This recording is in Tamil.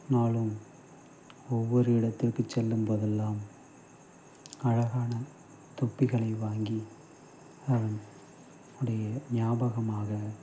நாளும் ஒவ்வொரு இடத்திற்கு செல்லும் போதெல்லாம் அழகான தொப்பிகளை வாங்கி அவன் உடைய நியாபகமாக